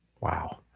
Wow